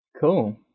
Cool